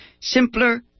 Simpler